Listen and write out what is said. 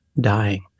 dying